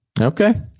Okay